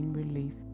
relief